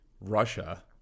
russia